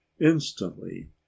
instantly